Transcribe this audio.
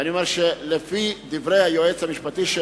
ואני אומר שלפי דברי היועץ המשפטי של